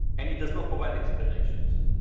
and he does not provide explanations.